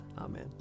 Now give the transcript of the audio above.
Amen